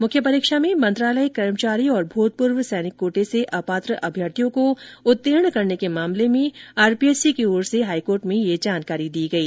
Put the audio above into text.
मुख्य परीक्षा में मंत्रालयिक कर्मचारी और भूतपूर्व सैनिक कोटे से अपात्र अभ्यर्थियों को उत्तीर्ण करने के मामले आरपीएससी की ओर से हाईकोर्ट में यह जानकारी दी गई